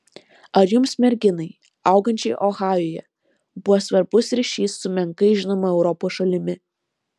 ar jums merginai augančiai ohajuje buvo svarbus ryšys su menkai žinoma europos šalimi